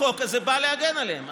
החוק הזה בא להגן עליהם.